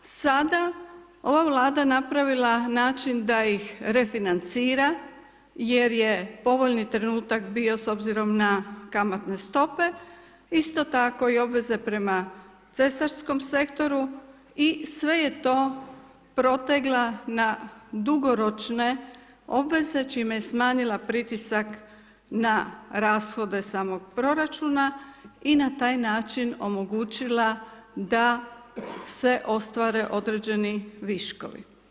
Sada, ova vlada, napravila način da ih refinancira, jer je povoljni trenutak bio s obzirom na kamatne stope, isto tako, obveze prema cestarskom sektoru i sve je to protegla na dugoročne obveze, čime je smanjila pritisak na rashode samog proračuna i na taj način omogućila da se ostvare određeni viškovi.